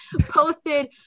posted